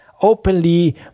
openly